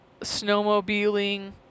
snowmobiling